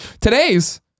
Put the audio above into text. today's